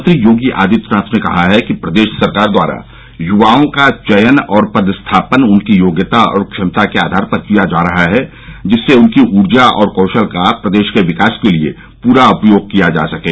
मुख्यमंत्री योगी आदित्यनाथ ने कहा कि प्रदेश सरकार द्वारा युवाओं का चयन और पद स्थापन उनकी योग्यता और क्षमता के आधार पर किया जा रहा है जिससे उनकी ऊर्जा और कौशल का प्रदेश के विकास के लिये पूरा उपयोग किया जा सकें